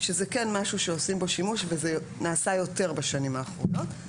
שזה כן משהו שעושים בו שימוש וזה נעשה יותר בשנים האחרונות.